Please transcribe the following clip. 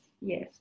Yes